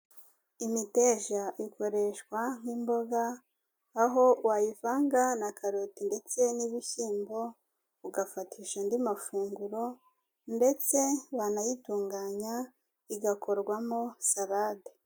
Imiteja ikoreshwa nk'imboga, aho wayivanga na karoti ndetse n'ibishyimbo, ugafatisha andi mafunguro, ndetse wanayitunganya igakorwamo sarade.